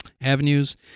avenues